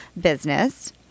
business